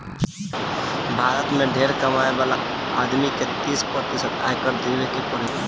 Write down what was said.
भारत में ढेरे कमाए वाला आदमी के तीस प्रतिशत आयकर देवे के पड़ेला